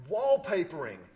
wallpapering